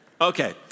Okay